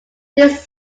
this